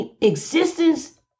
existence